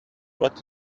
what